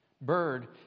bird